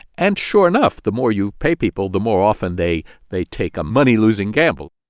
and sure enough, the more you pay people, the more often they they take a money-losing gamble.